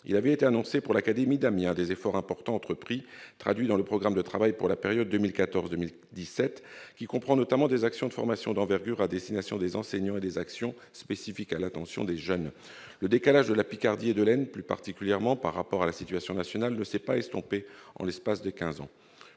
on avait annoncé « des efforts importants entrepris, traduits dans le programme de travail pour la période 2014-2017 », comprenant notamment « des actions de formation d'envergure à destination des enseignants et des actions spécifiques à l'intention des jeunes ». Le décalage dont souffre la Picardie, et plus particulièrement l'Aisne, par rapport à la situation nationale ne s'est pas estompé en l'espace de quinze